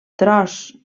tros